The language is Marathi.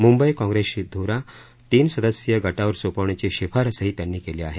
मुंबई कॉंग्रेसची ध्रा तीन सदस्यीय गटावर सोपवण्याची शिफारसही त्यांनी केली आहे